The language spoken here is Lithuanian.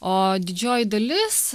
o didžioji dalis